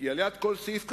כי ליד כל סעיף כתוב: